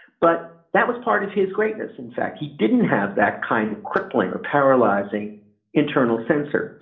but that was part of his greatness. in fact, he didn't have that kind of crippling or paralyzing internal censor.